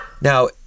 Now